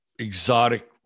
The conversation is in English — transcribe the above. Exotic